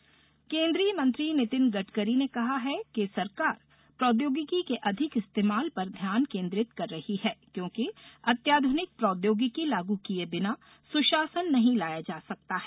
गडकरी केन्द्रीय मंत्री नितिन गडकरी ने कहा है कि सरकार प्रौद्योगिकी के अधिक इस्तेमाल पर ध्यान केन्द्रित कर रही है क्योंकि अत्याधुनिक प्रौद्योगिकी लागू किये बिना सुशासन नहीं लाया जा सकता है